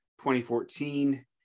2014